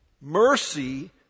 Mercy